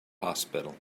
hospital